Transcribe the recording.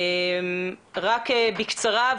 בקצרה,